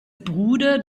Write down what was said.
bruder